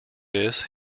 this